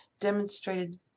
demonstrated